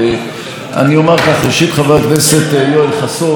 אכן ליבי היה איתך,